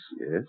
Yes